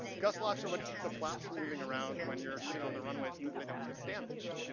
gust locks are what keep the flaps from moving around when you're sitting on the runway so that they don't get damaged.